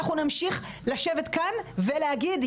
אנחנו נמשיך לשבת כאן ולהגיד,